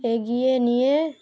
এগিয়ে নিয়ে